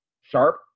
sharp